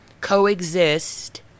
coexist